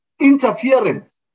interference